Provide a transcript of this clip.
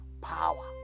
power